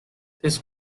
this